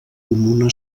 comuna